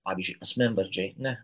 pavyzdžiui asmenvardžiai ne